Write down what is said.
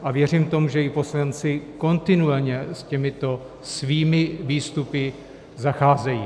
A věřím tomu, že i poslanci kontinuálně s těmito svými výstupy zacházejí.